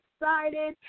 excited